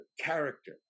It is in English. character